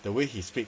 the way he speak